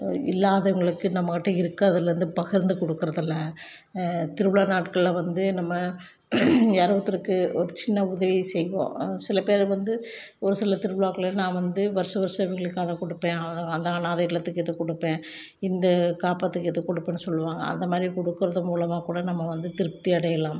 இல்லாதவங்களுக்கு நம்மக்கிட்ட இருக்கிறதுலேருந்து பகிர்ந்து கொடுக்குறதுல்ல திருவிழா நாட்களில் வந்து நம்ம யாரோ ஒருத்தருக்கு ஒரு சின்ன உதவி செய்வோம் சில பேருக்கு வந்து ஒரு சில திருவிழாக்களில் நான் வந்து வருஷம் வருஷம் இவங்களுக்கு அதை கொடுப்பேன் அந்த அனாதை இல்லத்துக்கு இது கொடுப்பேன் இந்த காப்பகத்துக்கு இது கொடுப்பேன்னு சொல்லுவாங்க அதை மாதிரி கொடுக்கறது மூலமாக கூட நம்ம வந்து திருப்தி அடையலாம்